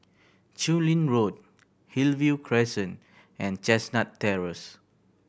Chu Lin Road Hillview Crescent and Chestnut Terrace